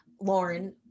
lauren